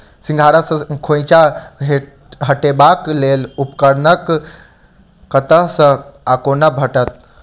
सिंघाड़ा सऽ खोइंचा हटेबाक लेल उपकरण कतह सऽ आ कोना भेटत?